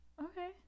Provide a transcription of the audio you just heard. Okay